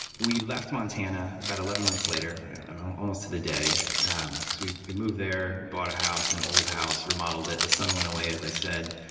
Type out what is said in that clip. we left montana about eleven months later almost to the day. um so we moved there, bought a house, an old house, remodeled it. the sun went away, as i said,